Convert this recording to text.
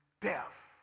death